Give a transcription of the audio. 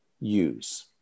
use